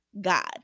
God